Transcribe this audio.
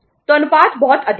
तो अनुपात बहुत अधिक है